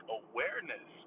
awareness